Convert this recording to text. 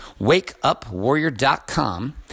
wakeupwarrior.com